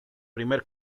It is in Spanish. primer